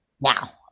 Now